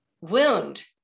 wound